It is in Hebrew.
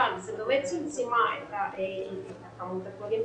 היא באמת צמצמה את כמות הכלבים,